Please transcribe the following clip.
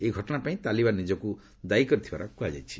ଏହି ଘଟଣାପାଇଁ ତାଲିବାନ୍ ନିଜକୁ ଦାୟୀ କରିଥିବାର ଜଣାପଡ଼ିଛି